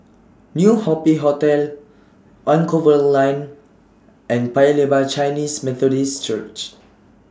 New Happy Hotel Anchorvale Lane and Paya Lebar Chinese Methodist Church